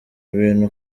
ibintu